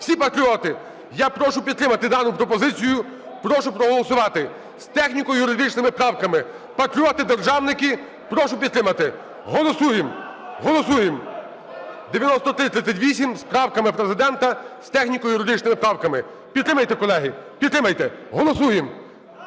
всі патріоти. Я прошу підтримати дану пропозицію, прошу проголосувати з техніко-юридичними правками. Патріоти-державники, прошу підтримати. Голосуємо. Голосуємо. 9338 з правками Президента, з техніко-юридичними правками. Підтримайте, колеги. Підтримайте. Голосуємо.